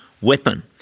weapon